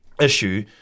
issue